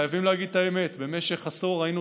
חייבים להגיד את האמת: במשך עשור היינו